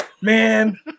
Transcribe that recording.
man